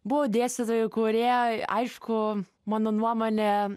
buvo dėstytojų kurie aišku mano nuomone